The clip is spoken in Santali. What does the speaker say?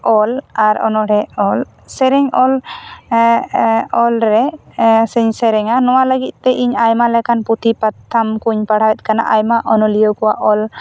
ᱚᱞ ᱟᱨ ᱚᱱᱚᱬᱦᱮ ᱚᱞ ᱥᱮᱨᱮᱧ ᱚᱞ ᱚᱞ ᱨᱮ ᱥᱮᱨᱮᱧᱟ ᱱᱚᱣᱟ ᱞᱟᱹᱜᱤᱫ ᱛᱮ ᱤᱧ ᱟᱭᱢᱟ ᱞᱮᱠᱟᱱ ᱯᱩᱛᱷᱤ ᱯᱟᱛᱟᱷᱟᱢ ᱠᱚᱹᱧ ᱯᱟᱲᱦᱟᱣᱮᱫ ᱠᱟᱱᱟ ᱟᱭᱢᱟ ᱚᱱᱚᱞᱤᱭᱟᱹ ᱠᱚᱣᱟᱜ ᱚᱞ